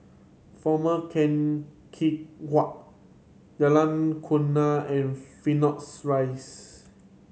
Former Keng Whay Jalan and Phoenix Rise